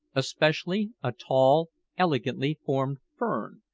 especially a tall, elegantly formed fern,